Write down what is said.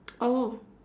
oh